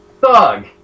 thug